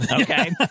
okay